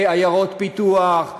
בעיירות פיתוח,